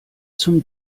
zum